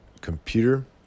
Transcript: computer